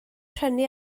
prynu